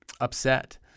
upset